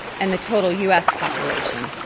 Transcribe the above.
and the total u s. population,